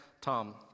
Tom